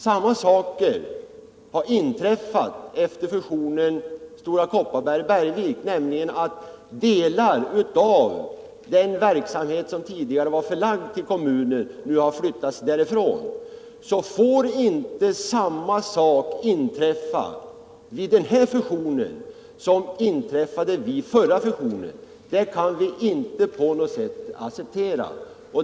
Samma saker som inträffade efter fusionen Stora Kopparberg-Bergvik, nämligen att delar av den verksamhet som tidigare var förlagd till kommunen nu har flyttats därifrån, har ägt rum i samband med den nu aktuella fusionen. Vi kan inte på något sätt acceptera att detta får samma konsekvenser som vid det föregående tillfället.